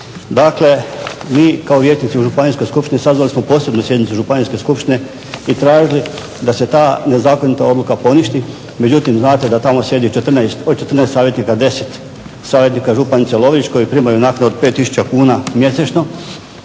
Dakle, mi kao vijećnici u županijskoj skupštini sazvali smo posebnu sjednicu županijske skupštine i tražili da se ta nezakonita odluka poništi. Međutim znate da tamo sjedi od 14 savjetnika 10 savjetnika županice Lovrić koji primaju naknadu od 5000 kuna mjesečno